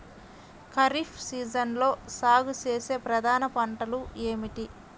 ఖరీఫ్ సీజన్లో సాగుచేసే ప్రధాన పంటలు ఏమిటీ?